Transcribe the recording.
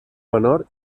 menor